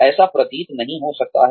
ऐसा प्रतीत नहीं हो सकता है